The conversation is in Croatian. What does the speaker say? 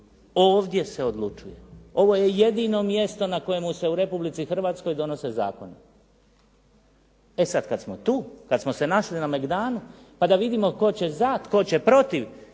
Ovdje se odlučuje. Ovo je jedino mjesto na kojemu se u Republici Hrvatskoj donose zakoni. E sad, kad smo tu, kad smo se našli na megdanu pa da vidimo tko će za, tko će protiv.